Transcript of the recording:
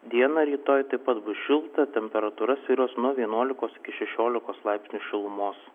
dieną rytoj taip pat bus šilta temperatūra svyruos nuo vienuolikos iki šešiolikos laipsnių šilumos